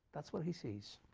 that's what he sees.